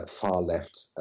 far-left